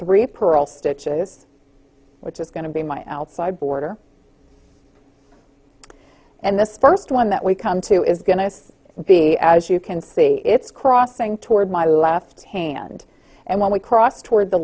three pearl stitches which is going to be my outside border and this first one that we come to is going to be as you can see it's crossing toward my left hand and when we crossed towards the